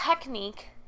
technique